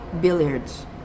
billiards